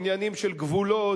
עניינים של גבולות,